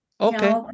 Okay